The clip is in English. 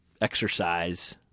exercise